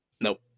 Nope